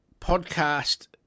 podcast